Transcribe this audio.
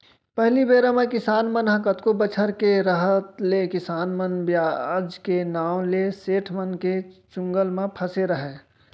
पहिली बेरा म किसान मन ह कतको बछर के रहत ले किसान मन बियाज के नांव ले सेठ मन के चंगुल म फँसे रहयँ